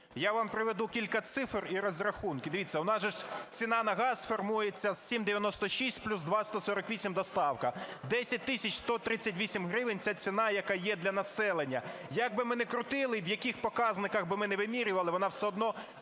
Я вам приведу кілька цифр і розрахунків. Дивіться, у нас же ж ціна на газ формується 7,96 плюс 2,148 доставка. 10 138 гривень - це ціна, яка є для населення. Як би ми не крутили, в яких показниках би ми не вимірювали, вона все одно